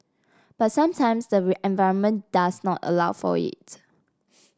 but sometimes the environment does not allow for it